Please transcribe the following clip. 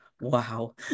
wow